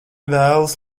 vēlas